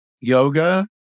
yoga